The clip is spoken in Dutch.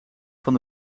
van